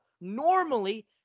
normally